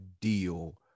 deal